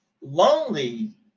lonely